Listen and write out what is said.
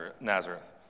Nazareth